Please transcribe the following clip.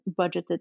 budgeted